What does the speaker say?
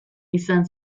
izan